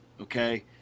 okay